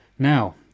Now